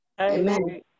Amen